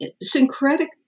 Syncretic